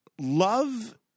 Love